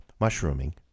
Mushrooming